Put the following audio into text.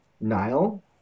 Nile